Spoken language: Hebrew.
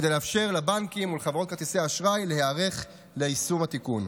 כדי לאפשר לבנקים מול חברות כרטיסי האשראי להיערך ליישום התיקון.